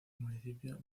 municipio